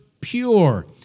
pure